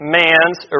man's